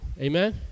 Amen